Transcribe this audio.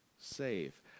save